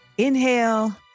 Inhale